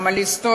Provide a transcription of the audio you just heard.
גם על היסטוריה,